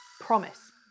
Promise